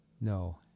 No